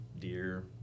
deer